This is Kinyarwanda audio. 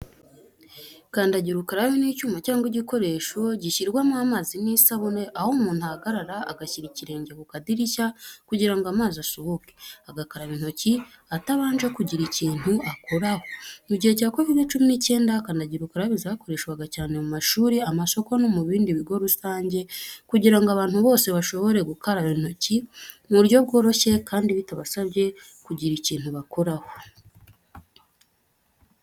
Kandagira ukarabe ni icyuma cyangwa igikoresho gishyirwamo amazi n'isabune, aho umuntu ahagarara agashyira ikirenge ku kadirishya kugira ngo amazi asohoke, agakaraba intoki atabanje kugira ikintu akoraho. Mu gihe cya COVID-19, kandagira ukarabe zakoreshwaga cyane mu mashuri, amasoko, no mu bindi bigo rusange kugira ngo abantu bose bashobore gukaraba intoki mu buryo bworoshye kandi bitabasabye kugira ikintu bakoraho.